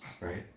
Right